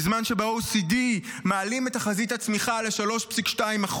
בזמן שב-OECD מעלים את תחזית הצמיחה ל-3.2%,